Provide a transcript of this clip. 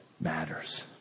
matters